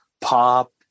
pop